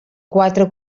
quatre